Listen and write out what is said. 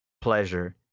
pleasure